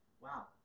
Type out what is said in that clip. wow